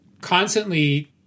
constantly